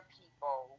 people